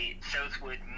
Southwood